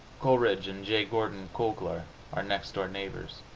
coleridge and j. gordon cooglar are next-door neighbors!